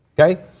Okay